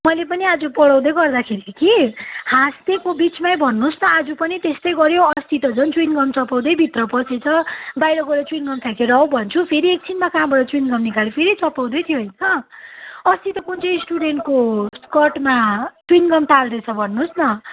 मैले पनि आज पढाउँदै गर्दाखेरि कि हाँसिदिएको बिचमा भन्नु होस् न आज पनि त्यस्तै गऱ्यो अस्ति त झन् चुइङ् गम चपाउँदै भित्र पसेछ बाहिर गएर चुइङ् गम फ्याँकेर आऊ भन्छु फेरि एकछिनमा कहाँबाट चुइङ् गम निकालेर फेरि चपाउँदै थियो होइन अस्ति त कुन चाहिँ स्टुडेन्टको स्कर्टमा चुइङ् गम टालिदिएछ भन्नु होस् न